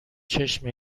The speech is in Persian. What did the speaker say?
چشم